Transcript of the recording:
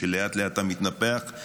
לאט-לאט מתנפח,